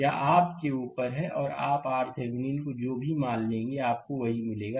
यह आपके ऊपर है और आप RThevenin को जो भी मान लेंगे आपको वही मिलेगा